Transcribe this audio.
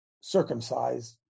circumcised